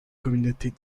communautés